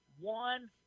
One